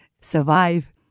survive